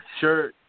sure